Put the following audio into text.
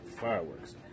fireworks